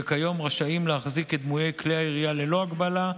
שכיום רשאים להחזיק את דמויי כלי הירייה ללא הגבלה,